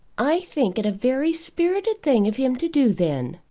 i think it a very spirited thing of him to do, then,